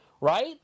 right